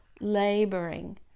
laboring